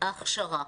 ההכשרה.